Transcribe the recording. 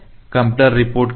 computer report क्या है